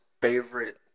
favorite